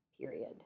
period